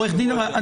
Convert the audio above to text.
אני